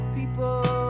people